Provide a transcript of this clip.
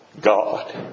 God